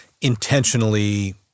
intentionally